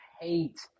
hate